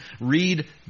Read